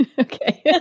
Okay